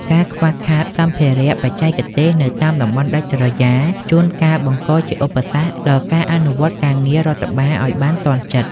ការខ្វះខាតសម្ភារៈបច្ចេកទេសនៅតាមតំបន់ដាច់ស្រយាល ជួនកាលបង្កជាឧបសគ្គដល់ការអនុវត្តការងាររដ្ឋបាលឱ្យបានទាន់ចិត្ត។